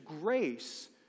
grace